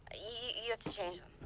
ah you have to change them.